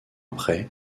après